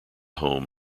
home